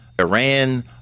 iran